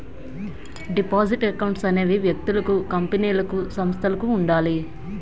deposit accounts అనేవి వ్యక్తులకు కంపెనీలకు సంస్థలకు ఉండాలి